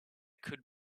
could